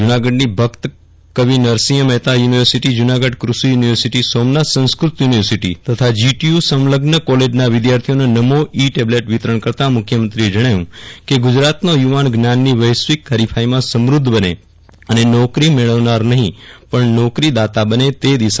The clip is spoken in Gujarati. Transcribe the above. જૂનાગઢની ભક્ત કરવિ નરસિંહ મહેતા યુનિવર્સિટી જૂનાગઢ કૂષિ યુનિવર્સિટી સોમનાથ સંસ્કૃત યુનિવર્સિટી તથા જીટીયુ સંલગ્ન કોલેજના વિદ્યાર્થીઓને નમો ઇ ટેબલેટ વિતરણ કરતા મુખ્યમંત્રીએ જજ્ઞાવ્યું કે ગુજરાતનો યુવાન જ્ઞાનની વૈશ્વિક હરીફાઇમાં સમૂદ્ધ બને અને નોકરી મેળવનાર નહી પણ નોકરીદાતા બને તે દિશામાં રાજ્ય સરકાર કામ કરી રહી છે